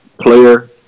player